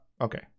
okay